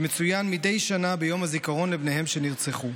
שמצוין מדי שנה ביום הזיכרון לבניהן שנרצחו.